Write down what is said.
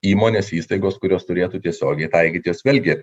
įmonės įstaigos kurios turėtų tiesiogiai taikyt jos vėlgi